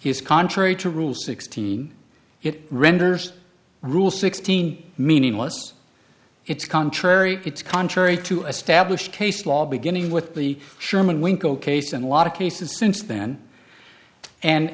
is contrary to rule sixteen it renders rule sixteen meaningless it's contrary it's contrary to established case law beginning with the sherman winkel case and a lot of cases since then and